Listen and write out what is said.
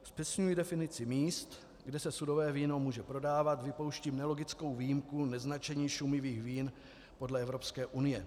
Zpřesňuji definici míst, kde se sudové víno může prodávat, vypouštím nelogickou výjimku neznačení šumivých vín podle Evropské unie.